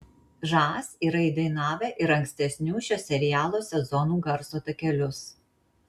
žas yra įdainavę ir ankstesnių šio serialo sezonų garso takelius